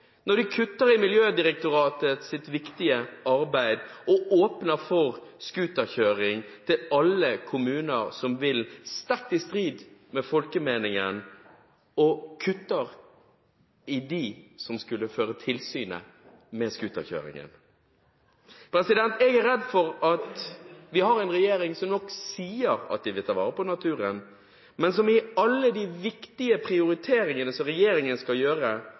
Når de kutter i Miljødirektoratets viktige arbeid og åpner for skuterkjøring til alle kommuner som vil – sterkt i strid med folkemeningen – og kutter i bevilgningene til dem som skulle føre tilsynet med skuterkjøringen. Jeg er redd for at vi har en regjering som nok sier at den vil ta vare på naturen, men som i alle de viktige prioriteringene den skal gjøre,